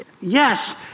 Yes